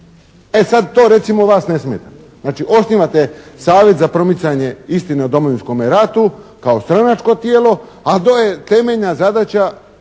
E sad, to recimo vas ne smeta. Znači, osnivate savjet za promicanje istine o Domovinskome ratu kao stranačko tijelo a to je temeljna zadaća